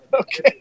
Okay